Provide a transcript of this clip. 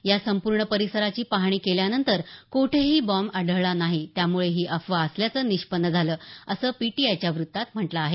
या संपूर्ण परिसराची पाहणी केल्यानंतर कोठेही बॉम्ब आढळला नाही त्यामुळे ही अफवा असल्याचं निष्पन्न झालं असं पीटीआयच्या वृत्तात म्हटलं आहे